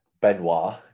Benoit